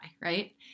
right